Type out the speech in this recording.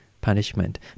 punishment